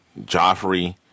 Joffrey